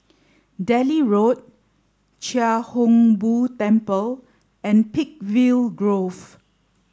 Delhi Road Chia Hung Boo Temple and Peakville Grove